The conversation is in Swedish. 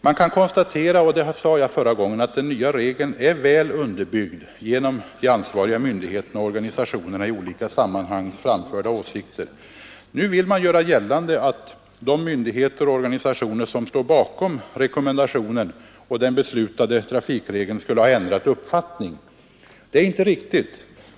Man kan konstatera — det sade jag förra gången — att den nya regeln är väl underbyggd genom de åsikter som i olika sammanhang framförts från de ansvariga myndigheterna och organisationerna. Nu görs det gällande att de myndigheter och organisationer som står bakom rekommendationen skulle ha ändrat uppfattning. Det är inte riktigt.